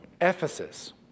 Ephesus